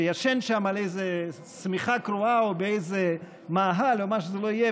שישן שם על איזו שמיכה קרועה או באיזה מאהל או מה שזה לא יהיה,